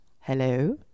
Hello